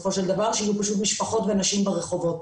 יהיו פשוט משפחוות ואנשים ברחובות.